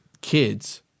kids